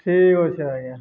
ଠିକ୍ ଅଛି ଆଜ୍ଞା